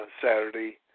Saturday